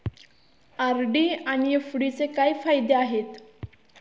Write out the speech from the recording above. RD आणि एफ.डीचे काय फायदे आहेत?